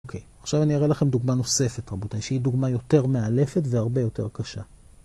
אוקיי. עכשיו אני אראה לכם דוגמה נוספת, רבותיי, שהיא דוגמה יותר מאלפת והרבה יותר קשה.